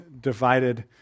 divided